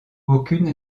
aucune